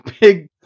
big